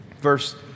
Verse